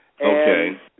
Okay